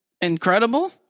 incredible